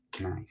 Nice